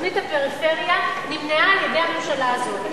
תוכנית הפריפריה נמנעה על-ידי הממשלה הזאת,